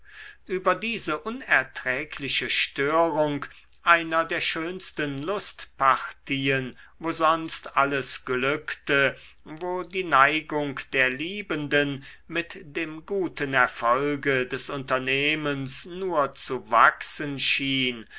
über diese unerträgliche störung einer der schönsten lustpartien wo sonst alles glückte wo die neigung der liebenden mit dem guten erfolge des unternehmens nur zu wachsen schien